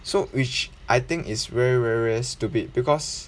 so which I think is very very very stupid because